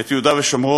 את יהודה ושומרון,